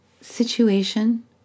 situation